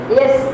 yes